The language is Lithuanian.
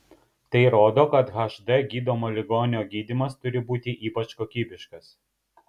tai rodo kad hd gydomo ligonio gydymas turi būti ypač kokybiškas